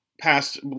passed